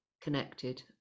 connected